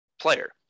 player